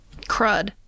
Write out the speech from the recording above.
crud